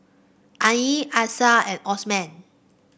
Ain Alyssa and Osman